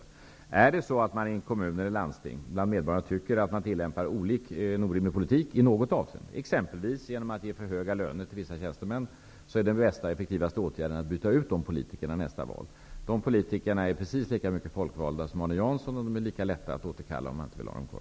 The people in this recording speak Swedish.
Om medborgarna tycker att man i en kommun eller ett landsting tillämpar en orimlig politik i något avseende, exempelvis genom att ge för höga löner till vissa tjänstemän, är den bästa och effektivaste åtgärden att byta ut dessa politiker vid nästa val. De politikerna är precis lika mycket folkvalda som Arne Jansson, och de är lika lätta att återkalla, om man inte vill ha dem kvar.